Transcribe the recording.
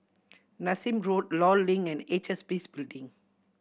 Nassim Road Law Link and H S B C Building